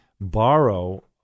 borrow